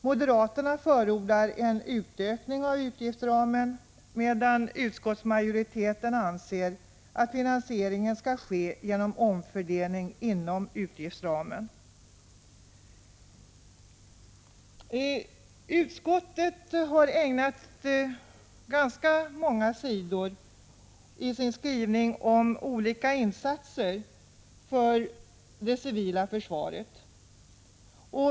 Moderaterna förordar en ökning av utgiftsramen, medan utskottsmajoriteten anser att finansieringen skall ske genom en omfördelning inom utgiftsramen. Utskottet har ägnat ganska många sidor i betänkandet åt olika insatser i det civila försvaret.